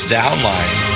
downline